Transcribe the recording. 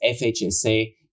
FHSA